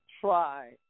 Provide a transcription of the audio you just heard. try